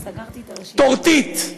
טורטית.